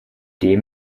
dem